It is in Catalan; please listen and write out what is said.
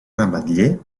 ametller